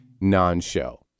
non-show